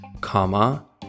comma